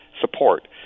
support